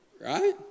Right